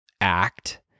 act